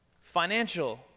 Financial